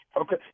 Okay